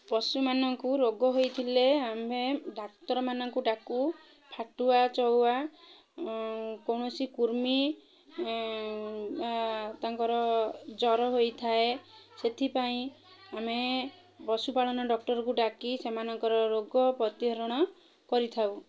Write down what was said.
ପଶୁମାନଙ୍କୁ ରୋଗ ହୋଇଥିଲେ ଆମେ ଡାକ୍ତରମାନଙ୍କୁ ଡାକୁ ଫାଟୁଆ ଚଉଆ କୌଣସି କୃମି ତାଙ୍କର ଜ୍ଵର ହୋଇଥାଏ ସେଥିପାଇଁ ଆମେ ପଶୁପାଳନ ଡକ୍ଟରକୁ ଡାକି ସେମାନଙ୍କର ରୋଗ ପ୍ରତିହରଣ କରିଥାଉ